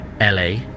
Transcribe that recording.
LA